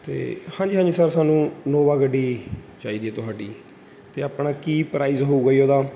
ਅਤੇ ਹਾਂਜੀ ਹਾਂਜੀ ਸਰ ਸਾਨੂੰ ਇਨੋਵਾ ਗੱਡੀ ਚਾਹੀਦੀ ਹੈ ਤੁਹਾਡੀ ਅਤੇ ਆਪਣਾ ਕੀ ਪ੍ਰਾਈਜ਼ ਹੋਊਗਾ ਜੀ ਉਹਦਾ